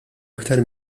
aktar